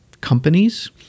companies